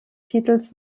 titels